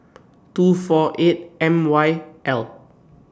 two four eight M Y L